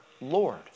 lord